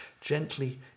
gently